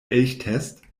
elchtest